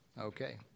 Okay